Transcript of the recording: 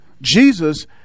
Jesus